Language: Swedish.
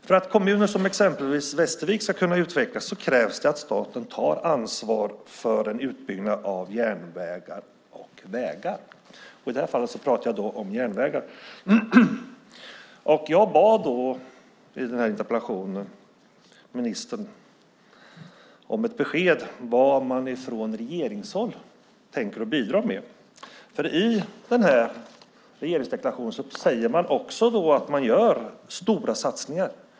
För att kommuner som exempelvis Västervik ska kunna utvecklas krävs att staten tar ansvar för en utbyggnad av järnvägar och vägar. I det här fallet pratar jag om järnvägar. I interpellationen har jag bett ministern om ett besked om vad man från regeringshåll tänker bidra med. I regeringsdeklarationen säger regeringen att man gör stora satsningar.